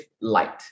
light